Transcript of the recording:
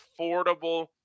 affordable